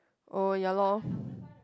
oh ya lor